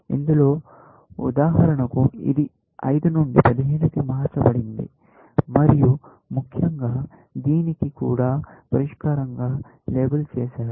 ఇందులో ఉదాహరణకు ఇది 5 నుండి 15 కి మార్చబడింది మరియు ముఖ్యంగా దీనికి కూడా పరిష్కారంగా లేబుల్ చేసారు